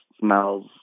smells